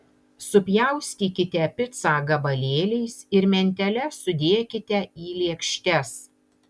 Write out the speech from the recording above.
supjaustykite picą gabalėliais ir mentele sudėkite į lėkštes